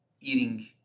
eating